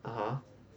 (uh huh)